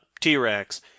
T-Rex